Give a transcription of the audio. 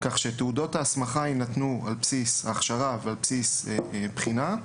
כך שתעודות ההסמכה יינתנו על בסיס הכשרה ועל בסיס בחינה,